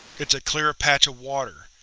it's a clearer patch of water.